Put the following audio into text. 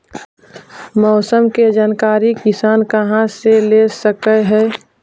मौसम के जानकारी किसान कहा से ले सकै है?